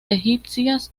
egipcias